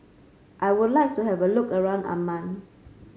I would like to have a look around Amman